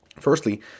Firstly